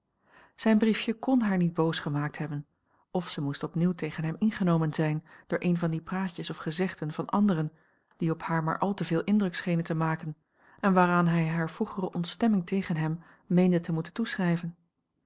zijn briefje kon haar niet boos gemaakt hebben of zij moest opnieuw tegen hem ingenomen zijn door een van die praatjes of gezegden van anderen die op haar maar al te veel indruk schenen te maken en waaraan hij hare vroegere ontstemming tegen hem meende te moeten toeschrijven